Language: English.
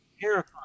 terrifying